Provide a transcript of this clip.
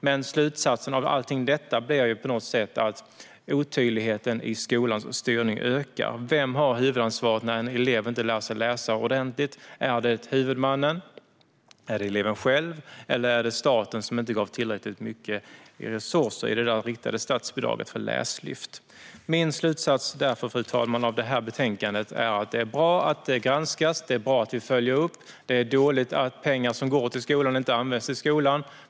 Men slutsatsen av allt detta blir att otydligheten i skolans styrning ökar. Vem har huvudansvaret när en elev inte lär sig att läsa? Är det huvudmannen, eleven själv eller staten, som inte har gett tillräckligt mycket resurser i det riktade statsbidraget för läslyft? Min slutsats utifrån betänkandet, fru talman, är att det är bra att vi granskar och följer upp och att det är dåligt att pengar som går till skolan inte används i skolan.